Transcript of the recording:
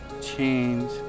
change